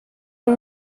por